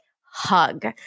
hug